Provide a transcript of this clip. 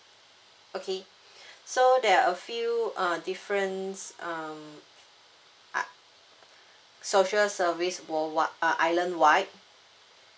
okay so there are a few uh different um uh social service worldwide uh island wide